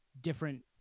different